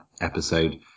episode